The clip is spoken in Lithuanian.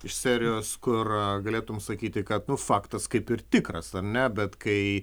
iš serijos kur galėtum sakyti kad nu faktas kaip ir tikras ar ne bet kai